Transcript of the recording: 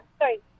sorry